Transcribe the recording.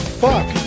fuck